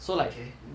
okay